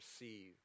receive